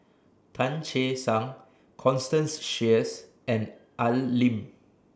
Tan Che Sang Constance Sheares and Al Lim